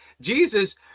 Jesus